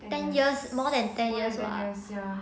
ten years more than ten years ya